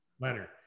Leonard